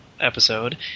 episode